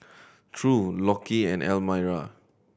True Lockie and Elmira